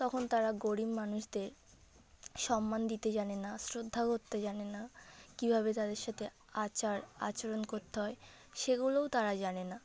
তখন তারা গরীব মানুষদের সম্মান দিতে জানে না শ্রদ্ধা করতে জানে না কীভাবে তাদের সাতে আচার আচরণ করতে হয় সেগুলোও তারা জানে না